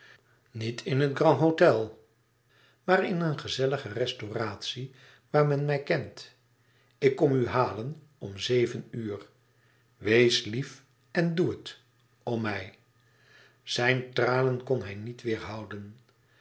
niet in het grand-hôtel maar in een gezellige restauratie waar men mij kent ik kom u halen om zeven uur wees lief en doe het om mij zijn tranen kon hij niet weêrhouden